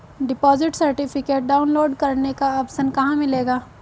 Deposit certificate download करने का option कहां मिलेगा?